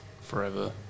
forever